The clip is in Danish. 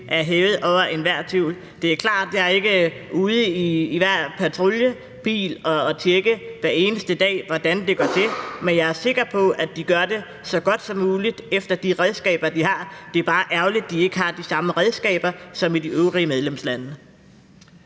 er hævet over enhver tvivl. Det er klart, at jeg ikke er ude i hver patruljebil og tjekke hver eneste dag, hvordan det går til, men jeg er sikker på, at de gør det så godt som muligt med de redskaber, de har. Det er bare ærgerligt, at de ikke har de samme redskaber, som man har i de øvrige medlemslande.